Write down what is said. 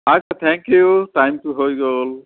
আচ্ছা thank you টাইমটো হৈ গ'ল